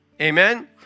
Amen